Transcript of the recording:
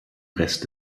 rest